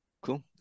Cool